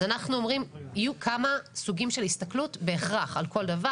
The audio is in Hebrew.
אז אנחנו אומרים יהיו כמה סוגים של הסתכלות בהכרח על כל דבר.